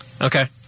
Okay